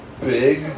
big